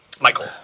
Michael